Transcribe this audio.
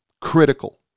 critical